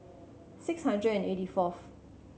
six hundred and eighty fourth